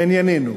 לענייננו,